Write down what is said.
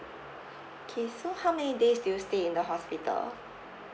okay so how many days do you stay in the hospital